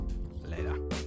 Later